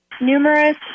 Numerous